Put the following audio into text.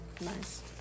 Nice